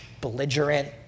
belligerent